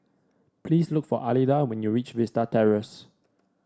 please look for Alida when you reach Vista Terrace